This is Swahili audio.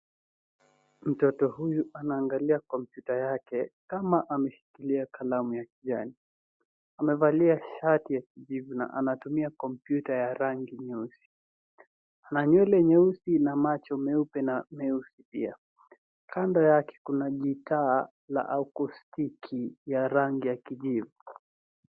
Mtoto huyu anaangalia komputa yake kama ameshikilia kalamu ya kijani. Amevalia shati ya kijivu na anatumia komputa ya rangi nyeusi. Ana nywele nyeusi na macho meupe na meusi pia. Kando yake kuna gitaa la akostiki ya rangi ya kijivu.